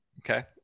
Okay